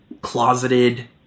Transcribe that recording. closeted